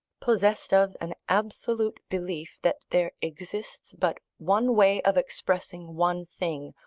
possessed of an absolute belief that there exists but one way of expressing one thing,